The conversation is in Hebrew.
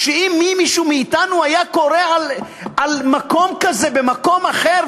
אם מישהו מאתנו היה קורא על מקום כזה במקום אחר,